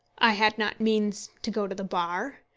i had not means to go to the bar.